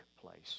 place